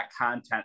content